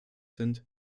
sind